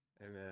Amen